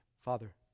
Father